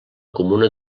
comuna